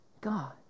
God